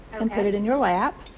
put it in your lap.